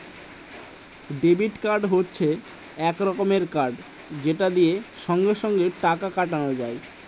debit card হচ্ছে এক রকমের কার্ড যেটা থেকে সঙ্গে সঙ্গে টাকা কাটানো যায়